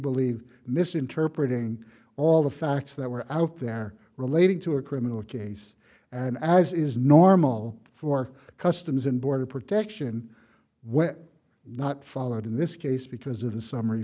believe misinterpreting all the facts that were out there relating to a criminal case and as is normal for customs and border protection were not followed in this case because of the summ